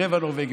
רבע נורבגי,